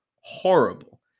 Horrible